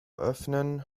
öffnen